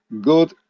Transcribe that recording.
good